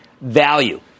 Value